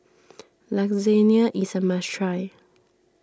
Lasagna is a must try